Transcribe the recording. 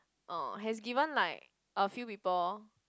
ah has given like a few people